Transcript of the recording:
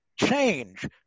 change